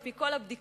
על-פי כל הבדיקות,